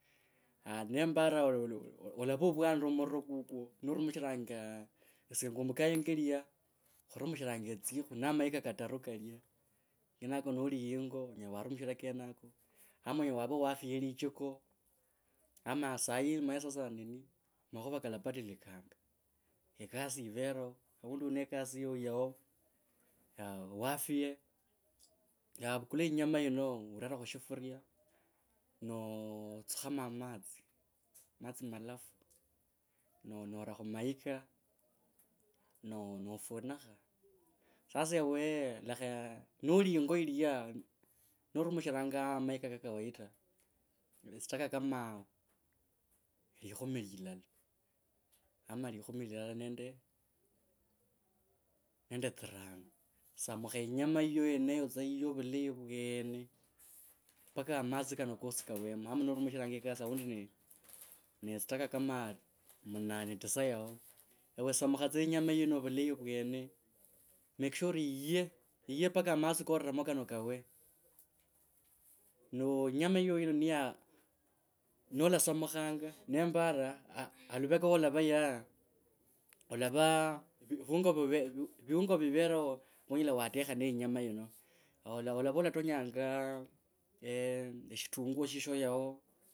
Haa nembara olava uvwanire muro kukwo norumisharanga, esye engumbukhanga yingo yilya khwarumishenye etsikhwi na mayika kataru kalya kenako noli yingo onyela warumishra kenako ama anyela wafie lichiko ama sai omanye sasa nini makhuva kalapadilikanga, e, kas yiverio, aundi une kas yiyo yao. Wafie, ya vakula yinyama yino urere khu shifuriaa notsukhamo a matso malatu, no, nora, khu mayika, no nofunikha. Sasa ewe lakha nali yingio yilya, norumishirango mayika ka kawaita tsitaka kama likhumi lilala, ama likhumi lilala nende. Nende tsirano samukha yinyama yiyo yeneyo tsa yiye vulayi vwene nenda amtsi kano kosi kawemo, ama norarumishranga kama e gas aundi, ne tsitaka kama munane tisa yao, ewe samukha tsa yinyama yino vulayi vwene, make sure ari yiye, yoye mpaka a matsi kareremo kana kawe, no inyama yiyo yino ni ya, alava, viungo, viungo, viungo vivereo vyonyela watekha ne yinyama yino. Olava olatonyanga eeh, eshitunguo shisha yao.